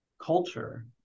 culture